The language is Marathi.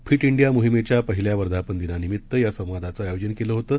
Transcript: फिट इंडिया मोहिमेच्या पहिल्या वर्धापन दिनानिमित्त या संवादाचे आयोजन केलं होतं